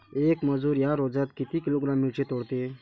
येक मजूर या रोजात किती किलोग्रॅम मिरची तोडते?